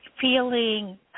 feeling